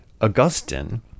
Augustine